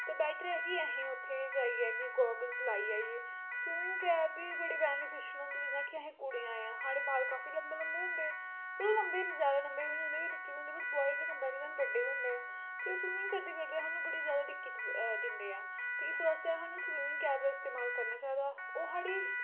ते बैटर ऐ कि अस उत्थै जाइयै गोगल्स लाइयै गै स्विमिंग गेयर्स दे बड़े बैनफिट होंदे जि'यां कि अस कुड़ियां ऐं साढ़े बाल काफी लम्बे लम्बे होंदे ऐं चलो जादा लम्बे बी निं होंदे निक्के बी होंदे बट बोयस दे कंपैरिजन बड्डे गै होंदे ते स्विमिंग करदे करदे सानू बड़ी दिक्कत दिंदे ऐ ते इस बास्तै सानू सविमिंग कैप दा इस्तेमाल करना चाहिदा ओह् साढ़ी